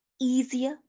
easier